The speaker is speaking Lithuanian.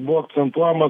buvo akcentuojama